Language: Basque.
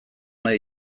nahi